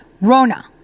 Rona